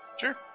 Sure